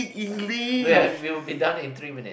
man we will be done in three minute